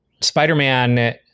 Spider-Man